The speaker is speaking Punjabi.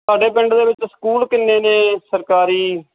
ਤੁਹਾਡੇ ਪਿੰਡ ਦੇ ਵਿੱਚ ਸਕੂਲ ਕਿੰਨੇ ਨੇ ਸਰਕਾਰੀ